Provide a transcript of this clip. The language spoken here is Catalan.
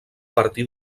partir